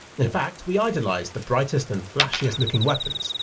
in fact, we idolise the brightest and flashiest looking weapons,